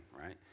right